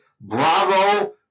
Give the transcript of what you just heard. bravo